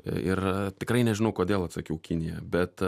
ir tikrai nežinau kodėl atsakiau kinija bet